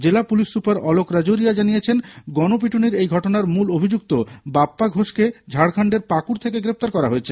জেলা police super Alok Rajoria জানিয়েছেন গণ পিটুনির এই ঘটনার মূল অভিযুক্ত বাপ্পা ঘোষকে ঝাড়খন্ডের পাকুড় থেকে গ্রেফতার করা হয়েছে